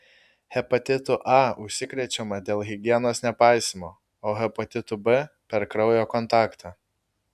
hepatitu a užsikrečiama dėl higienos nepaisymo o hepatitu b per kraujo kontaktą